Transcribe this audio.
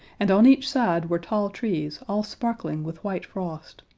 and on each side were tall trees all sparkling with white frost,